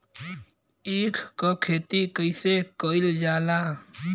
ईख क खेती कइसे कइल जाला?